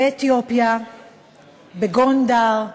באתיופיה, בגונדר,